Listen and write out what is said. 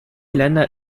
länder